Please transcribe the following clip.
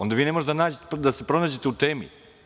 Onda vi ne možete da se pronađete u temi.